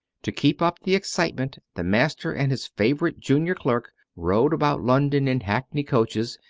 to keep up the excitement, the master and his favorite junior clerk rode about london in hackney coaches,